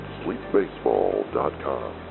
sleepbaseball.com